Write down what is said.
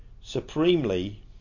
supremely